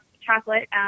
Chocolate